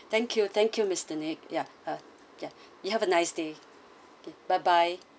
thank you thank you mister nick ya uh yeah you have a nice day yeah bye bye